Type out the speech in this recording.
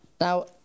Now